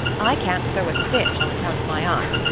i can't sew a stitch on account of my eyes,